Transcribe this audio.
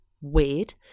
Weird